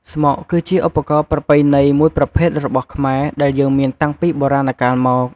ស្មុកគឺជាឧបករណ៍ប្រពៃណីមួយប្រភេទរបស់ខ្មែរយើងដែលមានតាំងពីបុរាណកាលមក។